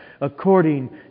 according